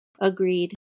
Agreed